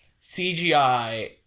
CGI